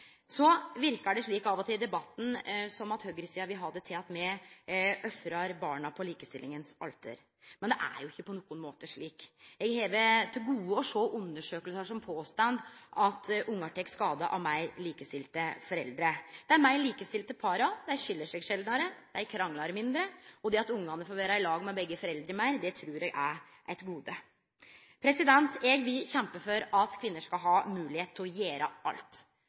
verkar det av og til som om høgresida vil ha det til at me ofrar barna på likestillingas alter. Men det er ikkje på nokon måte slik. Eg har til gode å sjå undersøkingar som påstår at ungar tek skade av meir likestilte foreldre. Dei meir likestilte para skil seg sjeldnare, dei kranglar mindre, og det at ungane får vere i lag med begge foreldra meir, trur eg er eit gode. Eg vil kjempe for at kvinner skal ha moglegheit til å gjere alt,